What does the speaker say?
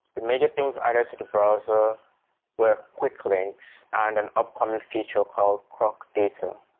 the major thing we've added to the browser were quick links and an upcoming feature called crocdata.